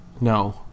No